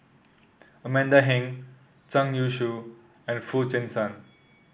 Amanda Heng Zhang Youshuo and Foo Chee San